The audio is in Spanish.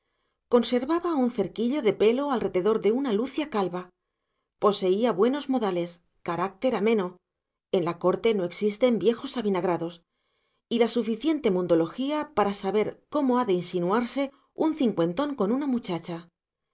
conservaba un cerquillo de pelo alrededor de una lucia calva poseía buenos modales carácter ameno en la corte no existen viejos avinagrados y la suficiente mundología para saber cómo ha de insinuarse un cincuentón con una muchacha